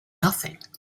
nothing